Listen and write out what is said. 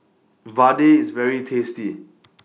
Vadai IS very tasty